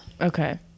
Okay